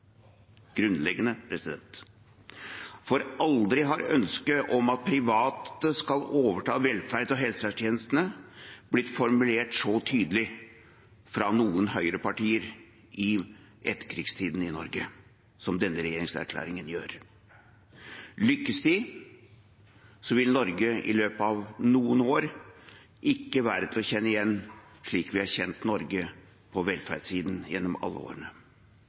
grunnleggende måte gjennom regjeringserklæringen, for aldri har ønsket om at private skal overta velferden og helsetjenestene blitt formulert så tydelig fra noe høyreparti i etterkrigstiden i Norge som det denne regjeringserklæringen gjør. Lykkes de, vil Norge i løpet av noen år ikke være til å kjenne igjen, slik vi har kjent Norge på velferdssiden gjennom alle